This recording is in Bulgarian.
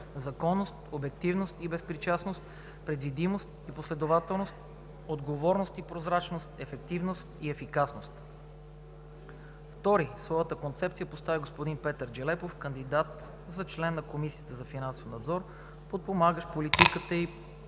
законност, обективност и безпристрастност, предвидимост и последователност, отговорност и прозрачност, ефективност и ефикасност. Втори своята концепция представи господин Петър Джелепов, кандидат за член на Комисията за финансов надзор, подпомагащ политиката ѝ